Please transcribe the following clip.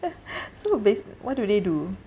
so bas~ what do they do